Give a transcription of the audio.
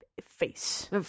Face